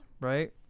right